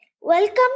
welcome